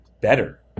better